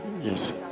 Yes